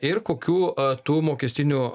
ir kokių tų mokestinių